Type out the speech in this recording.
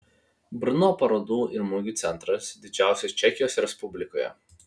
brno parodų ir mugių centras didžiausias čekijos respublikoje